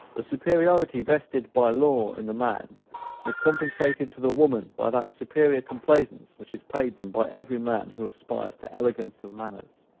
the superiority vested by law in the man is compensated to the woman by that superior complaisance which is paid them by every man who aspires to elegance of manners.